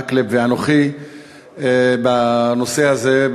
מקלב ואנוכי בנושא הזה,